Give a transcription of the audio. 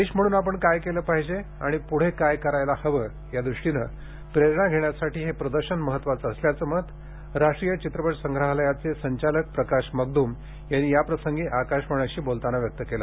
देश म्हणन आपण काय केले पाहिजे आणि पुढे काय करायला हवे या दृष्टीने प्रेरणा घेण्यासाठी हे प्रदर्शन महत्वाचे असल्याचे मत राष्ट्रीय चित्रपट संग्रहालयाचे संचालक प्रकाश मगदूम यांनी याप्रसंगी आकाशवाणीशी बोलताना व्यक्त केले